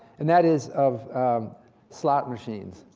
and that is of slot machines.